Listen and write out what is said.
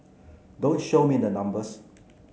don't show me the numbers